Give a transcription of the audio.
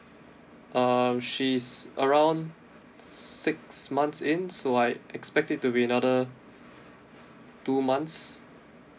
um she's around six months in so I expect it to be another two months